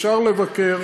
אפשר לבקר.